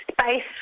space